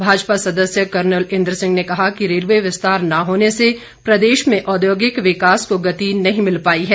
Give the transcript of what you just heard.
भाजपा सदस्य कर्नल इंद्र सिंह ने कहा कि रेलवे विस्तार न होने से प्रदेश में औद्योगिक विकास को गति नहीं मिल पाई है